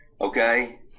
okay